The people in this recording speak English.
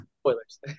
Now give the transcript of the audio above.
Spoilers